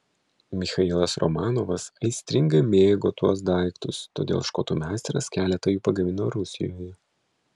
michailas romanovas aistringai mėgo tuos daiktus todėl škotų meistras keletą jų pagamino rusijoje